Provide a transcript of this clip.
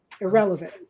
irrelevant